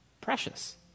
Precious